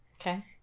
Okay